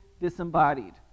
disembodied